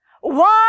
one